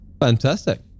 Fantastic